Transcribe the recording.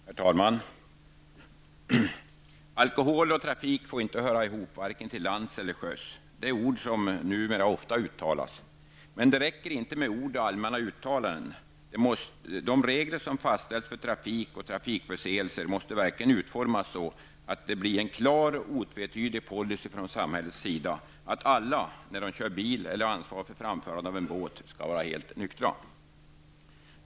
Herr talman! Alkohol och trafik får inte höra ihop, vare sig till lands eller till sjöss. Det är ord som numera ofta uttalas. Men det räcker inte med ord och allmänna uttalanden. De regler som fastställs för trafik och trafikförseelser måste verkligen utformas så, att det blir en klar och otvetydig policy från samhällets sida att alla skall vara helt nyktra när de kör bil eller har ansvar för framförande av en båt.